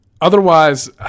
Otherwise